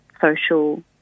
social